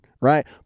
right